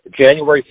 January